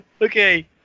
okay